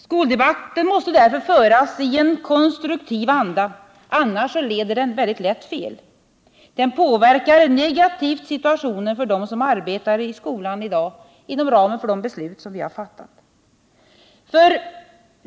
Skoldebatten måste därför föras i en konstruktiv anda — annars leder den lätt fel, annars påverkar den negativt situationen för dem som i dag arbetar i skolan inom ramen för de beslut som vi har fattat.